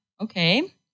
okay